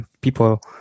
people